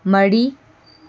ꯃꯔꯤ